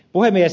puhemies